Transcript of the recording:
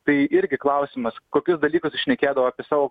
tai irgi klausimas kokius dalykus jis šnekėdavo apie savo